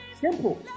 Simple